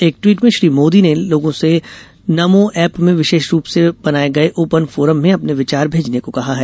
एक ट्वीट में श्री मोदी ने लोगों से नमो ऐप में विशेष रूप से बनाये गये ओपन फोरम में अपने विचार भेजने को कहा है